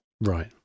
Right